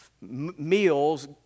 meals